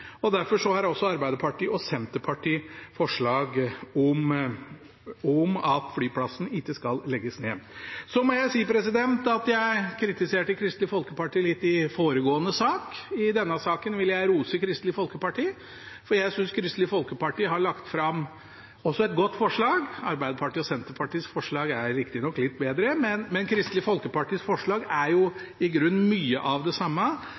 ned. Derfor har Arbeiderpartiet og Senterpartiet forslag om at flyplassen ikke skal legges ned. Så må jeg si at jeg kritiserte Kristelig Folkeparti litt i foregående sak. I denne saken vil jeg rose Kristelig Folkeparti, for jeg synes Kristelig Folkeparti også har lagt fram et godt forslag. Arbeiderpartiet og Senterpartiets forslag er riktignok litt bedre, men Kristelig Folkepartis forslag handler i grunnen om mye av det samme,